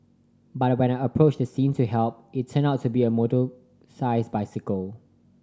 but when I approached the scene to help it turned out to be a motorised bicycle